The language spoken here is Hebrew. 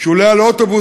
כשהוא עולה על אוטובוס,